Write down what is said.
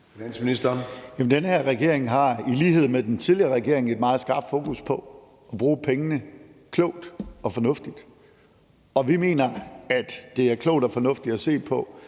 Den her regering har i lighed med den tidligere regering et meget skarpt fokus på at bruge pengene klogt og fornuftigt, og vi mener, at det er klogt og fornuftigt at se på,